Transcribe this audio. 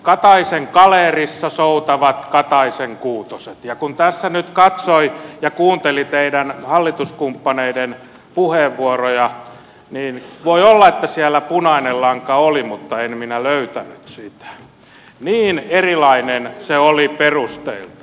kataisen kaleerissa soutavat kataisen kuutoset ja kun tässä nyt katsoi ja kuunteli teidän hallituskumppaneidenne puheenvuoroja niin voi olla että siellä punainen lanka oli mutta en minä löytänyt sitä niin erilainen se oli perusteiltaan